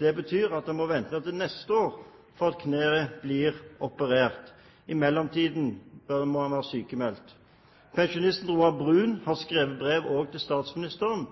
Det betyr at han må vente til neste år for å få kneet operert. I mellomtiden må han være sykmeldt. Pensjonisten Roar Bruun har skrevet brev også til statsministeren